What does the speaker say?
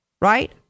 Right